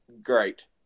great